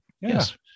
Yes